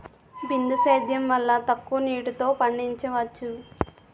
బిందు సేద్యం వల్ల తక్కువ నీటితో పండించవచ్చు